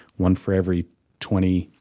one for every twenty,